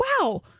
wow